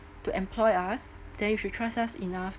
to employ us then you should trust us enough